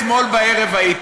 אני אתמול בערב הייתי.